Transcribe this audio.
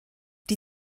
die